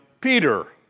Peter